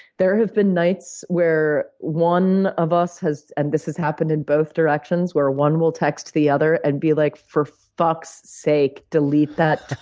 there have been nights where one of us has and this has happened in both directions where one will text the other and be, like, for fuck's sake, delete that